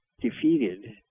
defeated